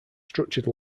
structured